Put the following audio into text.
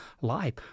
life